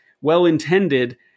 well-intended